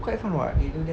quite fun [what]